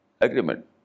agreement